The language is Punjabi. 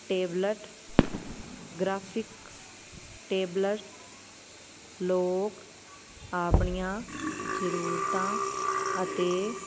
ਟੇਬਲਟ ਗਰਾਫਿਕਸ ਟੇਬਲਟ ਲੋਕ ਆਪਣੀਆਂ ਜ਼ਰੂਰਤਾਂ ਅਤੇ